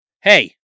hey